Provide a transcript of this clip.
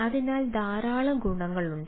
അതിനാൽ ധാരാളം ഗുണങ്ങളുണ്ട്